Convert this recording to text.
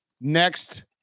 Next